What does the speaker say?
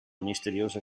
misteriosa